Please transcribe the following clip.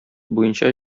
буенча